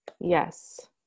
Yes